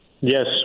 Yes